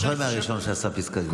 אתה זוכר מי הראשון שעשה פסקת התגברות?